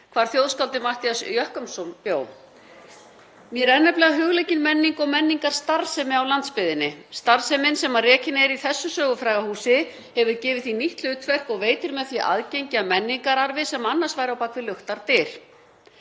hvar þjóðskáldið Matthías Jochumsson bjó. Mér er nefnilega hugleikin menning og menningarstarfsemi á landsbyggðinni. Starfsemin sem rekin er í þessu sögufræga húsi hefur gefið því nýtt hlutverk og veitir með því aðgengi að menningararfi sem annars væri á bak við luktar dyr.